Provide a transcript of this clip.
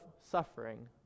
suffering